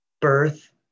birth